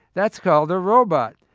that's called a robot.